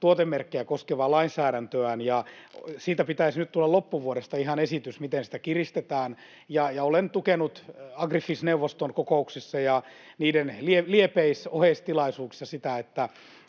tuotemerkkejä koskevaa lainsäädäntöään, ja siitä pitäisi tulla nyt loppuvuodesta ihan esitys, miten sitä kiristetään. Ja olen tukenut Agrifish-neuvoston kokouksissa ja niiden liepeis-, oheistilaisuuksissa sitä, että